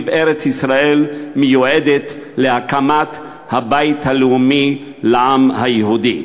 שלפיו ארץ-ישראל מיועדת להקמת הבית הלאומי לעם היהודי.